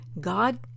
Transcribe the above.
God